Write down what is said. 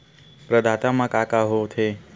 प्रदाता मा का का हो थे?